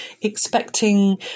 expecting